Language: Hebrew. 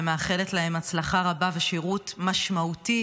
ומאחלת להם הצלחה רבה ושירות משמעותי